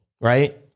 right